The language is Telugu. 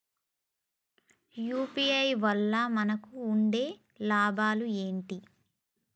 యూ.పీ.ఐ వల్ల మనకు ఉండే లాభాలు ఏంటి?